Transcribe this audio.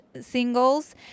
singles